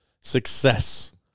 success